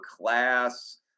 class